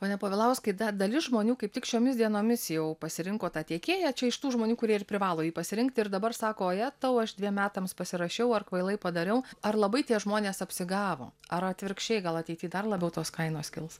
pone povilauskai da dalis žmonių kaip tik šiomis dienomis jau pasirinko tą tiekėją čia iš tų žmonių kurie ir privalo jį pasirinkti ir dabar sako o jetau aš dviem metams pasirašiau ar kvailai padariau ar labai tie žmonės apsigavo ar atvirkščiai gal ateity dar labiau tos kainos kils